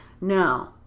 No